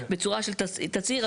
בצורה של תצהיר,